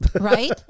Right